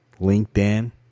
LinkedIn